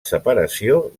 separació